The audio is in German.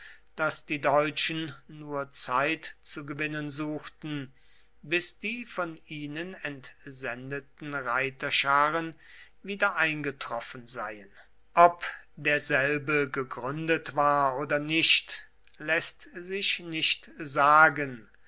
daß die deutschen nur zeit zu gewinnen suchten bis die von ihnen entsendeten reiterscharen wiedereingetroffen seien ob derselbe gegründet war oder nicht läßt sich nicht sagen